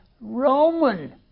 Roman